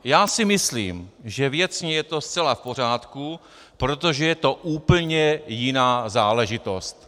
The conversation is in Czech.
Já si myslím, že věcně je to zcela v pořádku, protože je to úplně jiná záležitost.